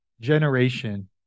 generation